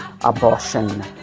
abortion